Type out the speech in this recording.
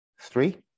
Three